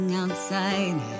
outside